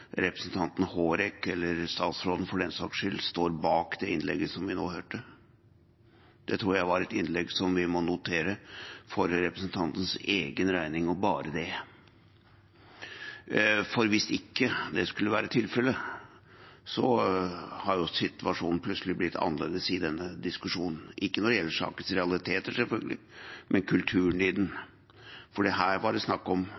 representanten Hårek Elvenes, eller statsråden, for den saks skyld, står bak det innlegget som vi nå hørte. Dette tror jeg var et innlegg som står for representantens egen regning og bare det. For hvis ikke det skulle være tilfellet, har jo situasjonen plutselig blitt annerledes i denne diskusjonen – ikke når det gjelder sakens realiteter, selvfølgelig, men kulturen i den. For her var det snakk om